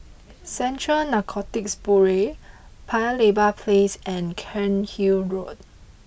Central Narcotics Bureau Paya Lebar Place and Cairnhill Road